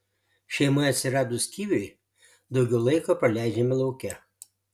šeimoje atsiradus kiviui daugiau laiko praleidžiame lauke